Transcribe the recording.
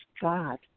God